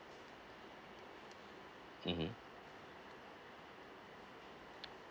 mmhmm